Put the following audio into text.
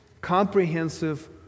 comprehensive